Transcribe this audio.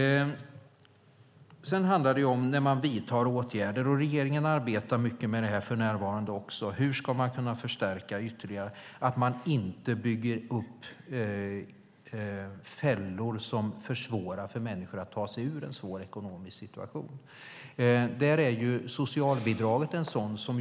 Sedan handlar det om när man vidtar åtgärder. Regeringen arbetar för närvarande också mycket med hur man ska kunna förstärka ytterligare utan att man bygger upp fällor som försvårar för människor att ta sig ur en svår ekonomisk situation. Socialbidraget är ett sådant exempel.